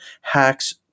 hacks